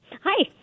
Hi